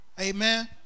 amen